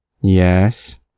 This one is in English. Yes